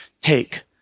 take